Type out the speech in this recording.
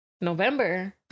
November